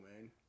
man